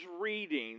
reading